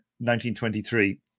1923